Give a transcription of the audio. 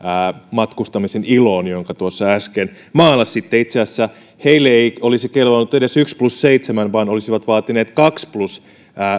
matkustamisen iloon jonka tuossa äsken maalasitte itse asiassa heille ei olisi kelvannut edes yksi plus seitsemän vaan he olisivat vaatineet kahden plus